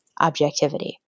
objectivity